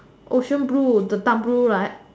ocean blue the dark blue right